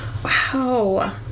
Wow